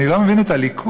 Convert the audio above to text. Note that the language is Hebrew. אני לא מבין את הליכוד.